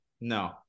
No